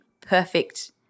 perfect